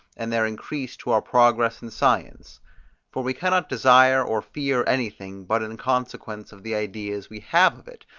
and their increase to our progress in science for we cannot desire or fear anything, but in consequence of the ideas we have of it,